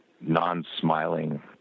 non-smiling